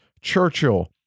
churchill